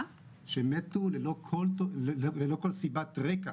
שמתו ללא כל סיבת רקע.